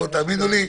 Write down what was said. תאמינו לי,